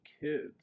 kids